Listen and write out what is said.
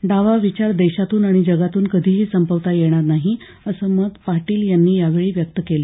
डावाविचार देशातून आणि जगातून कधी ही संपविता येणार नाही असं मत पाटील यांनी या वेळी व्यक्त केलं